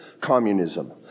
communism